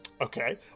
Okay